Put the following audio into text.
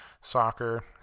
soccer